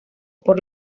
por